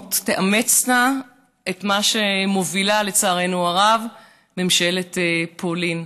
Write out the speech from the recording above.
מדינות תאמצנה את מה שמובילה ממשלת פולין,